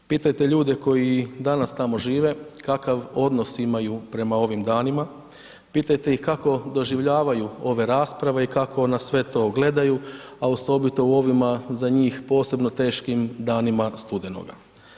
Pitajte ljude koji danas tamo žive kakav odnos imaju prema ovim danima, pitajte ih kako doživljaju ove rasprave i kako na sve to gledaju a osobito u ovima za njih posebno teškim danima studenoga.